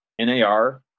NAR